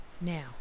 Now